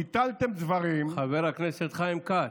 ביטלתם דברים, חבר הכנסת חיים כץ.